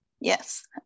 yes